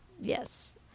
Yes